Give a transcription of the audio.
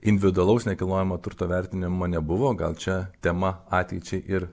individualaus nekilnojamo turto vertinimo nebuvo gal čia tema ateičiai ir